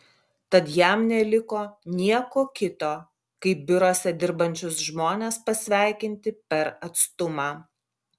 tad jam neliko nieko kito kaip biuruose dirbančius žmones pasveikinti per atstumą